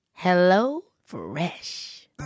HelloFresh